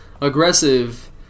aggressive